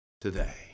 today